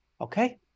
okay